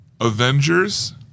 Avengers